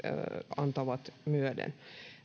antavat myöden